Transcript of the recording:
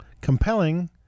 compelling